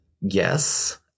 yes